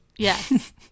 Yes